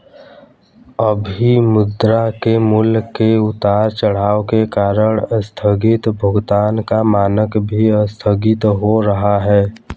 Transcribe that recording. अभी मुद्रा के मूल्य के उतार चढ़ाव के कारण आस्थगित भुगतान का मानक भी आस्थगित हो रहा है